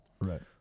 right